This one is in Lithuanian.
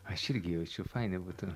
aš irgi jaučiu fainiai būtų